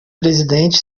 presidente